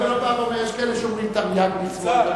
יש כאלה שאומרים תרי"ג מצוות.